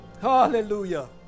Hallelujah